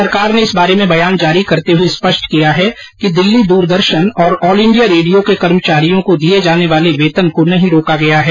सरकार ने इस बारे में बयान जारी करते हुए स्पष्ट किया है कि दिल्ली दूरदर्शन और ऑल इंडिया रेडियो के कर्मचारियों को दिये जाने वाले वेतन को नहीं रोका गया है